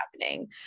happening